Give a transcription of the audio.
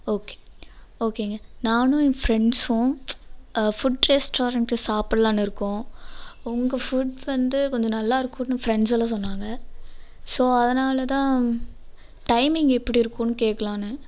okay ஓகேங்க நானும் என் ஃப்ரெண்ட்சும் ஃபுட் ரெஸ்டாரன்டில் சாப்பிட்லான்னு இருக்கோம் உங்கள் ஃபுட் வந்து கொஞ்சம் நல்லா இருக்குன்னு ஃப்ரெண்ட்ஸெல்லாம் சொன்னாங்க ஸோ அதனால்தான் டைமிங் எப்படி இருக்குன்னு கேட்கலான்னு